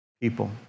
people